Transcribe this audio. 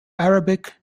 arabic